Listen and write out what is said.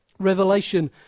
Revelation